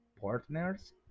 partners